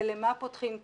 ולמה פותחים תיק,